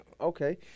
Okay